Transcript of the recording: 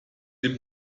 dem